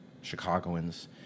Chicagoans